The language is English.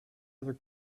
other